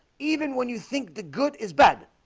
even when you think the good is bad